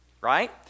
Right